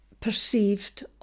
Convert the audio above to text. perceived